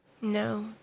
No